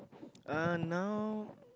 uh now